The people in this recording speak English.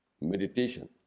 meditation